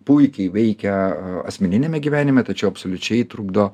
puikiai veikia asmeniniame gyvenime tačiau absoliučiai trukdo